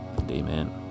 Amen